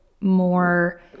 more